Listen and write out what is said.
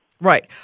Right